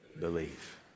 Believe